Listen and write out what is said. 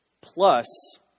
Plus